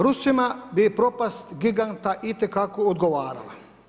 Rusija bi propast giganta itekako odgovarala.